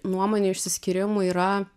nuomonių išsiskyrimų yra